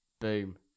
Boom